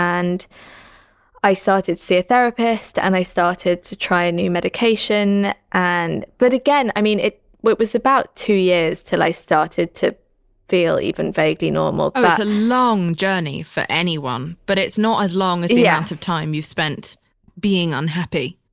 and i started to see a therapist and i started to try new medication. and, but again, i mean, it was about two years till i started to feel even vaguely normal oh it's a long journey for anyone, but it's not as long as the out of time you've spent being unhappy